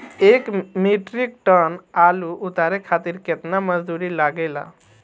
एक metric tonne आलू उतारे खातिर केतना मजदूरी लागेला?